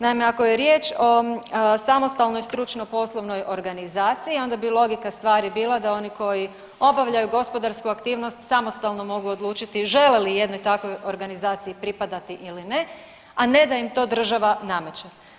Naime, ako je riječ o samostalnoj stručno-poslovnoj organizaciji onda bi logika stvari bila da oni koji obavljaju gospodarsku aktivnost samostalno mogu odlučiti žele li jednoj takvoj organizaciji pripadati ili ne, a ne da im to država nameće.